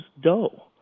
dough